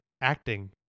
acting